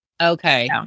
Okay